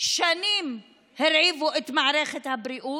שנים הרעיבו את מערכת הבריאות,